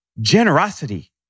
Generosity